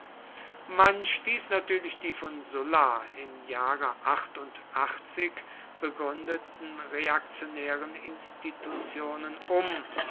man stieß natürlich die von sulla im jahre begründeten reaktionären institutionen um